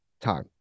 time